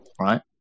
Right